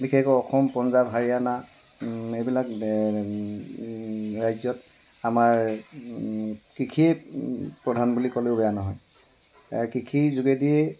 বিশেষকৈ অসম পাঞ্জাৱ হাৰিয়ানা এইবিলাক ৰাজ্যত আমাৰ কৃষি প্ৰধান বুলি ক'লেও বেয়া নহয় কৃষিৰ যোগেদিয়েই